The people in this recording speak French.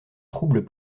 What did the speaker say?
troubles